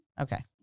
Okay